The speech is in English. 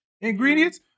ingredients